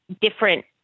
different